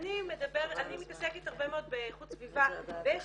אני מתעסקת הרבה מאוד באיכות סביבה ויש